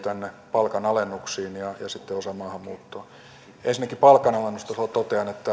palkanalennuksiin ja sitten osa maahanmuuttoon ensinnäkin palkanalennuksista totean että